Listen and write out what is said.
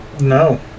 No